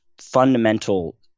fundamental